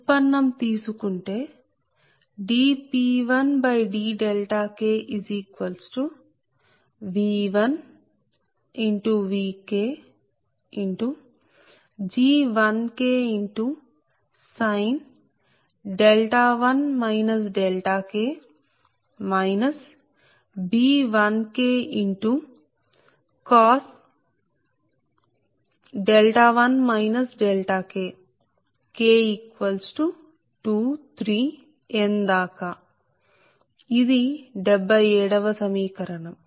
ఉత్పన్నం తీసుకుంటేdP1dKV1VKG1K1 k B1K1 Kk23n ఇది 77 వ సమీకరణం